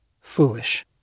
foolish